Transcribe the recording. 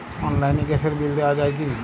অনলাইনে গ্যাসের বিল দেওয়া যায় কি?